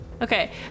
Okay